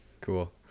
cool